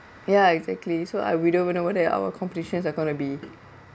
ya exactly so I we don't know when the our competitions are going to be